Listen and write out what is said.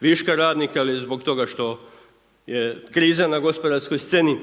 viška radnika ili zbog toga što je kriza na gospodarskoj sceni.